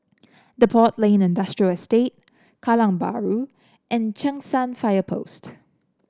Depot Lane Industrial Estate Kallang Bahru and Cheng San Fire Post